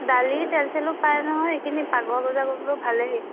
দালি তেল চেলো পায় নহয় এইখিনি পাকঘৰ বজাৰ কৰিবলৈ ভালেই